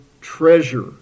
treasure